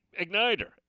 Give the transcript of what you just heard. igniter